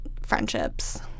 friendships